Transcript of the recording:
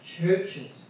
churches